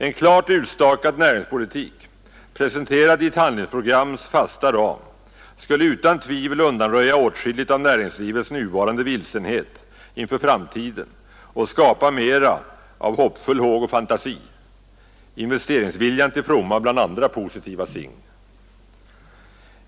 En klart utstakad näringspolitik, presenterad inom ett handlingsprograms fasta ram, skulle utan tvivel undanröja åtskilligt av näringslivets nuvarande vilsenhet inför framtiden och bland andra positiva ting skapa mera av ”hoppfull håg och fantasi”, investeringsviljan till fromma.